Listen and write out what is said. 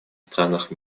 странах